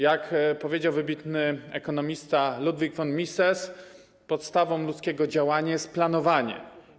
Jak powiedział wybitny ekonomista Ludwig von Mises, podstawą ludzkiego działania jest planowanie.